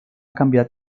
canviat